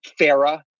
Farah